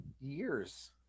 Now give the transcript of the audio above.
years